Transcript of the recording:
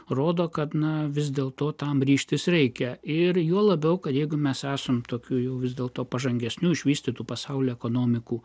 rodo kad na vis dėl to tam ryžtis reikia ir juo labiau kad jeigu mes esame tokių vis dėlto pažangesnių išvystytų pasaulio ekonomikų